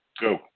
go